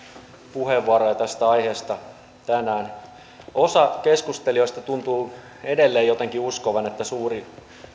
puheenvuoroja tästä aiheesta tänään osa keskustelijoista tuntuu edelleen jotenkin uskovan että